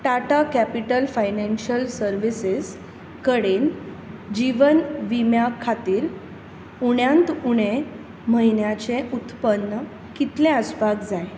Tata capital financial services कडेन जिवन विम्या खातीर उण्यांत उणें म्हयन्याचें उत्पन्न कितलें आसपाक जाय